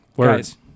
Guys